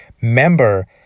member